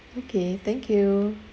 okay thank you